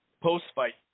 post-fight